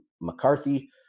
McCarthy